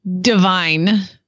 divine